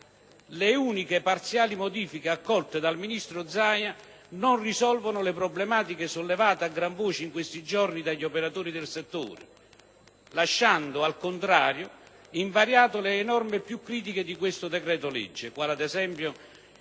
Le uniche parziali modifiche accolte dal ministro Zaia non risolvono le problematiche sollevate a gran voce in questi giorni dagli operatori del settore, lasciando al contrario invariate le norme più critiche di questo decreto-legge, come ad esempio